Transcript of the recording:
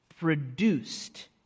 produced